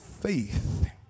faith